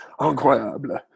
incroyable